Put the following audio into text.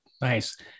Nice